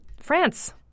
France